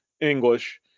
english